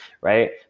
right